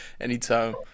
anytime